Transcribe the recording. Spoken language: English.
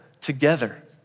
together